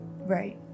Right